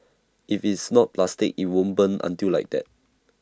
if it's not plastic IT won't burn until like that